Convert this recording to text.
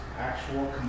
actual